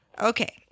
Okay